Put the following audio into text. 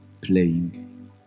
playing